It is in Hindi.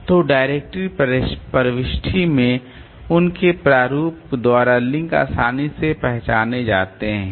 तो डायरेक्टरी प्रविष्टि में उनके प्रारूप द्वारा लिंक आसानी से पहचाने जाते हैं